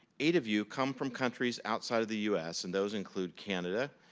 eight of you come from countries outside of the us. and those include canada,